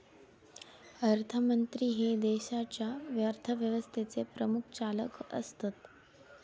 अर्थमंत्री हे देशाच्या अर्थव्यवस्थेचे प्रमुख चालक असतत